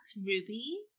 Ruby